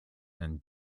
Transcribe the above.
and